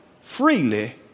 freely